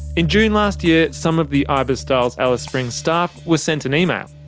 in june last year, some of the ibis styles alice springs staff were sent an email.